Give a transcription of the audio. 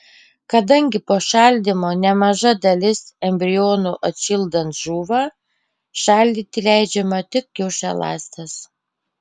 kadangi po šaldymo nemaža dalis embrionų atšildant žūva šaldyti leidžiama tik kiaušialąstes